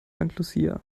lucia